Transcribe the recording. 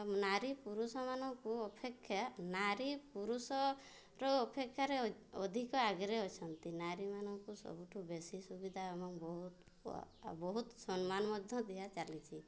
ନାରୀ ପୁରୁଷମାନଙ୍କୁ ଅପେକ୍ଷା ନାରୀ ପୁରୁଷର ଅପେକ୍ଷାରେ ଅଧିକ ଆଗରେ ଅଛନ୍ତି ନାରୀମାନଙ୍କୁ ସବୁଠୁ ବେଶୀ ସୁବିଧା ଆମ ବହୁତ ଆଉ ବହୁତ ସମ୍ମାନ ମଧ୍ୟ ଦିଆଚାଲିଛି